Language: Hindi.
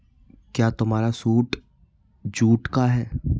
क्या तुम्हारा सूट जूट का है?